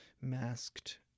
masked